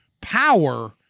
power